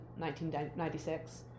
1996